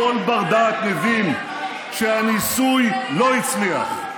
כל בר-דעת מבין שהניסוי לא הצליח,